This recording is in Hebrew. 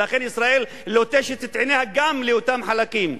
ולכן ישראל לוטשת את עיניה גם לאותם חלקים.